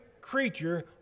creature